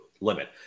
limit